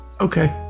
Okay